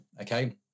Okay